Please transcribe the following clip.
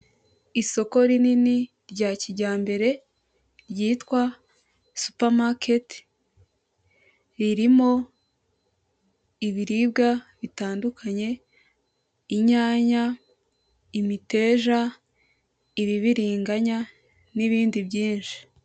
Isoko rinini rya kijyambere ryitwa supamaketi ririmo ibiribwa bitandukanye inyanya, imiteja , ibibiringanya n'ibindi byinshi .